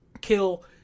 kill